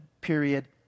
period